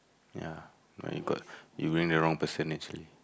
yeah my-god you bring the wrong person actually